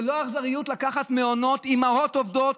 זו לא אכזריות לקחת מעונות מאימהות עובדות,